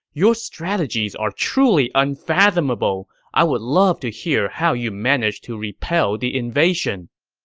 your strategies are truly unfathomable! i would love to hear how you managed to repel the invasion.